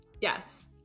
Yes